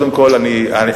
בכנסת כאן האנשים יעילים מאוד,